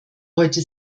heute